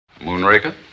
Moonraker